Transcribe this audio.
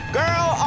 girl